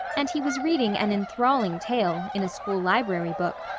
and he was reading an enthralling tale, in a school library book,